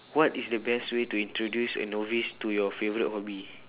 what is the best way to introduce a novice to your favourite hobby